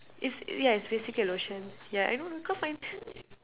it's ya it's basically a lotion ya I know cause I